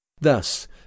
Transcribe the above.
Thus